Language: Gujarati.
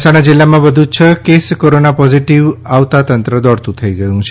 મહેસાણા જિલ્લામાં વધુ છ કેસ કોરોના પોઝિટિવ કેસ આપતા તંત્ર દોડતું થઈ ગયું છે